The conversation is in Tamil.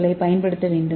களை செயல்படுத்த வேண்டும்